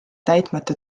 täitmata